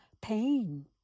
pain